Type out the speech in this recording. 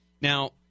Now